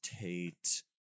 Tate